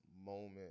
moment